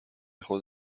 خود